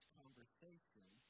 conversation